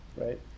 right